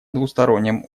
двустороннем